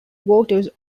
waters